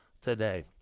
today